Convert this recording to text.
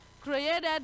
Created